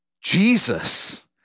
Jesus